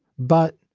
but,